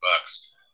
bucks